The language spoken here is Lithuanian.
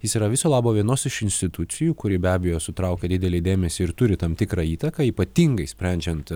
jis yra viso labo vienos iš institucijų kuri be abejo sutraukia didelį dėmesį ir turi tam tikrą įtaką ypatingai sprendžiant